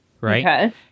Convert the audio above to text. Right